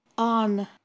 On